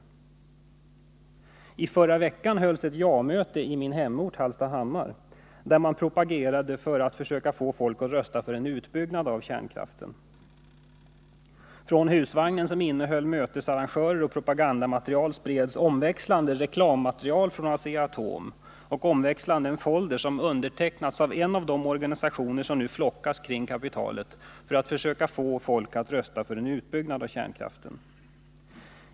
| NS ningen I förra veckan hölls ett ”ja-möte” i min hemort Hallstahammar, där man propagerade för att försöka få folk att rösta för en utbyggnad av kärnkraften. Från husvagnen som innehöll mötesarrangörer och propagandamaterial spreds omväxlande reklammaterial från Asea-Atom och en folder som undertecknats av en av de organisationer som nu flockas kring kapitalet för att försöka få folk att rösta för en utbyggnad av kärnkraften.